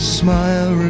smile